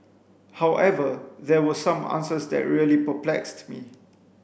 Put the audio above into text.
however there were some answers that really perplexed me